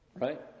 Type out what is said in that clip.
right